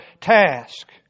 task